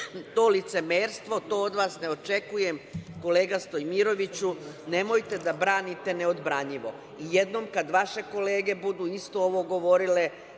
to licemerstvo, to od vas ne očekujem, kolega Stojmiroviću, nemojte da branite neodbranjivo. Jednom kada vaše kolege budu isto ovo govorile